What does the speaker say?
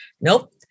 Nope